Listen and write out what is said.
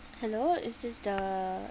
hello is this the